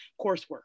coursework